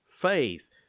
faith